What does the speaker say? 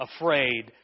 afraid